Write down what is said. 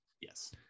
Yes